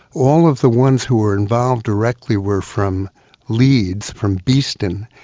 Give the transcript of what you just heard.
all of the ones who were involved directly were from leeds, from beeston.